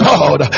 God